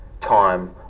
time